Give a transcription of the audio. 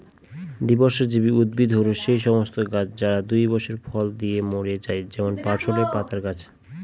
দ্বিবর্ষজীবী উদ্ভিদ হল সেই সমস্ত গাছ যারা দুই বছর ফল দিয়ে মরে যায় যেমন পার্সলে পাতার গাছ